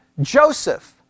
Joseph